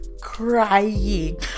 crying